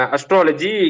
Astrology